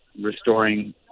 restoring